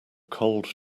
cold